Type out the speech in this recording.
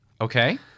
Okay